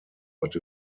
but